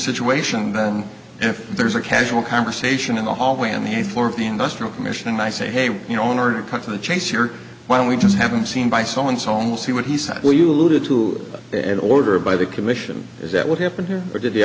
situation than you there's a casual conversation in the hallway on the eighth floor of the industrial commission and i say hey you know in order to cut to the chase here why don't we just haven't seen by someone's home see what he said will you alluded to it ordered by the commission is that what happened here or did